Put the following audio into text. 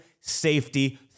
safety